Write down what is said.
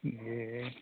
ए